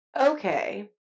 Okay